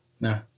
No